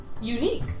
Unique